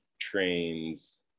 trains